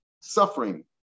suffering